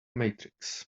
matrix